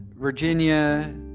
Virginia